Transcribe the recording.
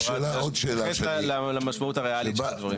ולהתייחס למשמעות הריאלית של הדברים.